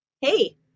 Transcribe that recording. Hey